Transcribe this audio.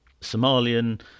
Somalian